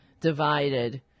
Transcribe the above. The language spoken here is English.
divided